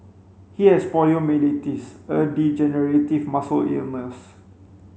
he has poliomyelitis a degenerative muscle illness